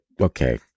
okay